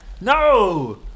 No